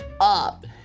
up